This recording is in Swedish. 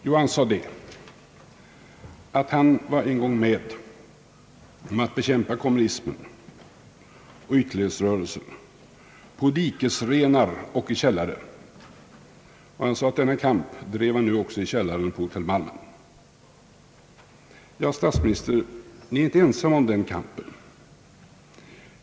Jo, han sade att han en gång var med om att bekämpa kommunismen och ytterlighetsrörelsen på dikesrenar och i källare, och denna kamp drev han nu också i källaren på hotell Malmen. Ja, herr statsminister, ni är inte ensam om den kampen.